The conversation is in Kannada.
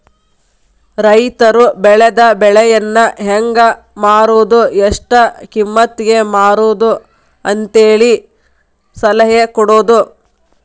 ರೈತರು ಬೆಳೆದ ಬೆಳೆಯನ್ನಾ ಹೆಂಗ ಮಾರುದು ಎಷ್ಟ ಕಿಮ್ಮತಿಗೆ ಮಾರುದು ಅಂತೇಳಿ ಸಲಹೆ ಕೊಡುದು